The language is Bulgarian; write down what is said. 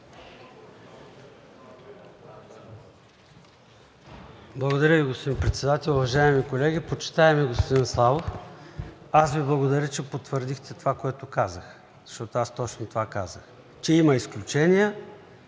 Благодаря Ви, господин Председател. Уважаеми колеги! Почитаеми господин Славов, аз Ви благодаря, че потвърдихте това, което казах, защото точно това казах – че има изключения